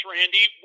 Randy